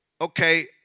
okay